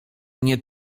nie